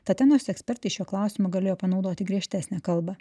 tatenos ekspertai šiuo klausimu galėjo panaudoti griežtesnę kalbą